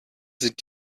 sind